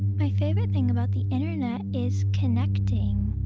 my favorite thing about the internet is connecting.